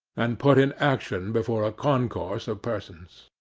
and put in action before a concourse of persons.